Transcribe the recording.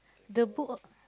the book uh